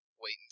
wait